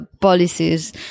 policies